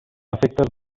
efectes